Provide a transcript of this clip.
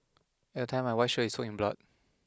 at the time my white shirt is soaked in blood